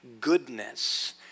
goodness